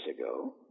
ago